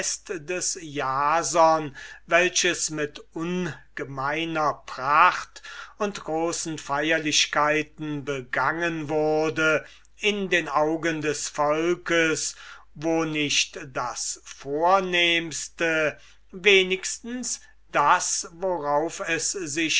des jason welches mit ungemeiner pracht und großen feierlichkeiten begangen wurde in den augen des volks wo nicht das vornehmste wenigstens das worauf es sich